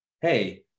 Hey